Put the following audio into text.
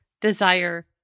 desire